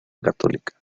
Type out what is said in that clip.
católica